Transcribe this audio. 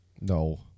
No